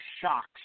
shocks